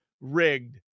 rigged